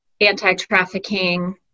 anti-trafficking